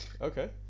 Okay